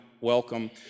welcome